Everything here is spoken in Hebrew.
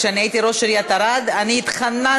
כשאני הייתי ראש עיריית ערד אני התחננתי